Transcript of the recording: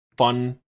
Fun